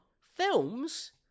films